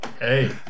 Hey